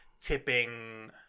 tipping